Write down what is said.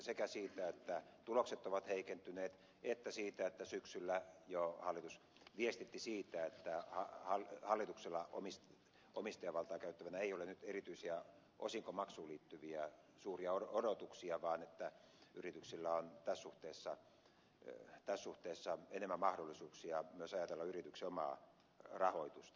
sekä siitä että tulokset ovat heikentyneet että siitä että syksyllä jo hallitus viestitti siitä että hallituksella omistajavaltaa käyttävänä ei ole nyt erityisiä osingonmaksuun liittyviä suuria odotuksia vaan yrityksillä on tässä suhteessa enemmän mahdollisuuksia myös ajatella yrityksen omaa rahoitusta